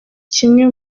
kimwe